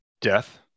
death